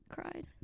cried